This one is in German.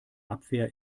abwehr